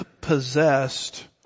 possessed